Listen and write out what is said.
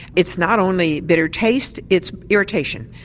it's not only bitter taste, it's irritation.